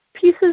pieces